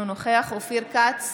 אינו נוכח אופיר כץ,